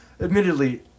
Admittedly